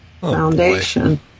Foundation